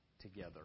together